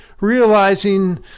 realizing